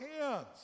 hands